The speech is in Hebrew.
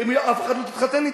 אף אחת לא תתחתן אתו.